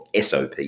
SOP